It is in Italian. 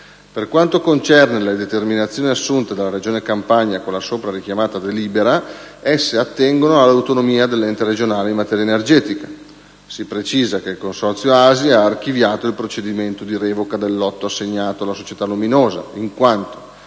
Per quanto concerne le determinazioni assunte dalla Regione Campania con la soprarichiamata delibera, esse attengono all'autonomia dell'ente regionale in materia energetica. Si precisa che il consorzio ASI ha archiviato il procedimento di revoca del lotto assegnato alla società Luminosa, in quanto